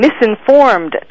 misinformed